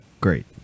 great